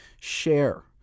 share